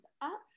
up